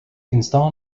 install